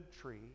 tree